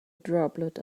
droplet